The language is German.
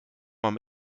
man